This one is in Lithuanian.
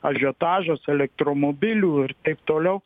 ažiotažas elektromobilių ir taip toliau